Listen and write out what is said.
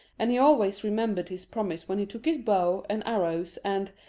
and he always remembered his promise when he took his bow and arrows and,